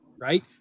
right